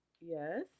Yes